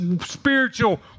spiritual